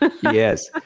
Yes